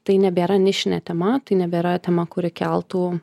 tai nebėra nišinė tema tai nebėra tema kuri keltų